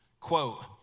Quote